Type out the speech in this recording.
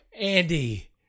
Andy